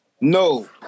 No